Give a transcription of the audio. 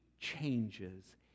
changes